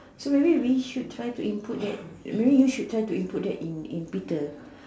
so maybe we should try to input that maybe you should try to input that in Peter